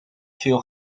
veel